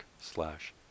slash